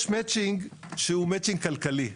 יש מצ'ינג שהוא מצ'ינג כלכלי.